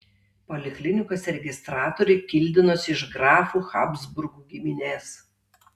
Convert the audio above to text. poliklinikos registratorė kildinosi iš grafų habsburgų giminės